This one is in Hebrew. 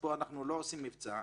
פה אנחנו לא עושים מבצע,